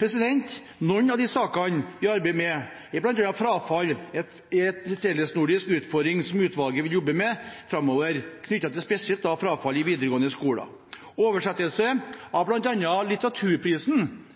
En av de sakene vi arbeider med, er frafall. Det er en fellesnordisk utfordring som utvalget vil jobbe med framover, spesielt knyttet til frafall i videregående skole. En annen sak handler om oversettelse av